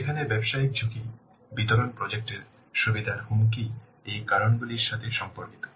যেখানে ব্যবসায়িক ঝুঁকি বিতরণ প্রজেক্ট এর সুবিধার হুমকি এর কারণগুলির সাথে সম্পর্কিত